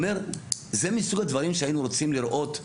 זה מסוג הדברים שהיינו רוצים לראות.